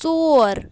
ژور